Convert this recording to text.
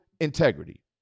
integrity